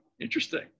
interesting